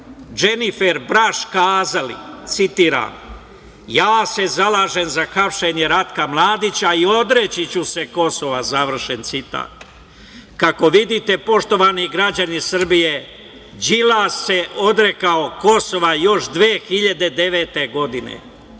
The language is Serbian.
Dženifer Braš kazali, citiram – ja se zalažem za hapšenje Ratka Mladića i odreći ću se Kosova. Završen citat. Kako vidite, poštovani građani Srbije, Đilas se odrekao Kosova još 2009. godine. Osmo